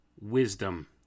wisdom